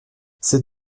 ces